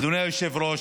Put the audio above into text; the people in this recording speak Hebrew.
אדוני היושב-ראש,